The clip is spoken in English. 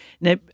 Now